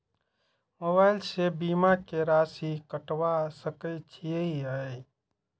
Mobile से बीमा के राशि कटवा सके छिऐ?